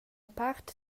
part